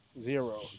Zero